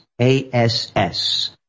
A-S-S